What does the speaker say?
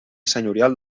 senyorial